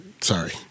Sorry